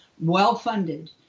well-funded